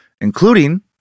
including